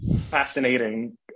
fascinating